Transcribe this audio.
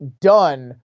done